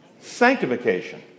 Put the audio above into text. sanctification